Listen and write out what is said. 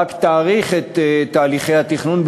רק תאריך את תהליכי התכנון,